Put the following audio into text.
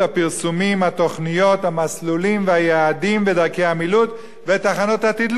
המסלולים והיעדים ודרכי המילוט ותחנות התדלוק שמסרה